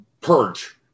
purge